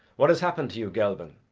what has happened to you, gelban?